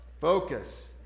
Focus